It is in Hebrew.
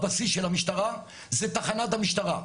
הבסיס של המשטרה זה תחנת המשטרה.